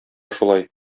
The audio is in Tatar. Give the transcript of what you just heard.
шулай